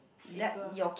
equal